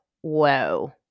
whoa